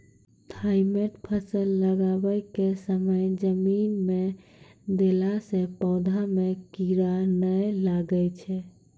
Thimet फ़सल लगाबै के समय जमीन मे देला से पौधा मे कीड़ा नैय लागै छै?